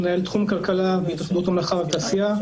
מנהל תחום כלכלה בהתאחדות המלאכה והתעשייה.